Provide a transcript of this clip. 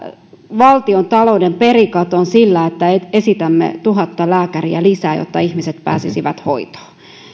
valtiotalouden perikatoon sillä että esitämme tuhatta lääkäriä lisää jotta ihmiset pääsisivät hoitoon